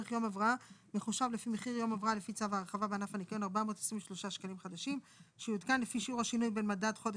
תוספת ותק בענף בגובה 0.35 שקלים חדשים לכל שעת עבודה,